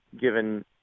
given